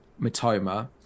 Matoma